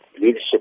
leadership